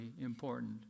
important